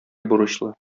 бурычлы